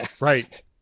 Right